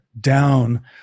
down